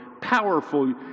powerful